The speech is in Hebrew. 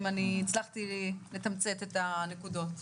מקווה שהצלחתי לתמצת את הנקודות.